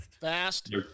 Fast